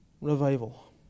revival